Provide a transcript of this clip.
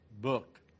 book